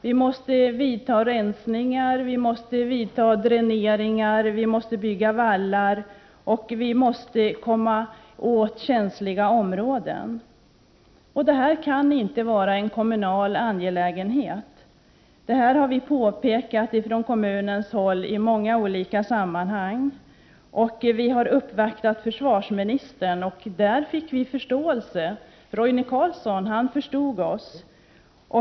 Vi måste vidta rensningar och dräneringar, vi måste bygga vallar och vi måste komma åt känsliga områden. Det kan inte vara en kommunal angelägenhet. Det har vi påpekat från kommunens håll i många olika sammanhang. Vi har uppvaktat försvarsministern. Där fick vi förståelse; Roine Carlsson förstod oss.